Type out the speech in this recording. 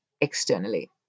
externally